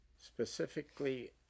Specifically